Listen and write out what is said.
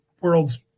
world's